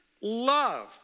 love